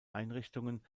einrichtungen